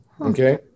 okay